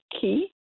key